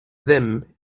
them